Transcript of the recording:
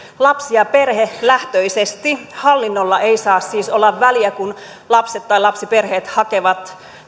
lapsi ja perhelähtöisesti hallinnolla ei saa siis olla väliä kun lapset tai lapsiperheet hakevat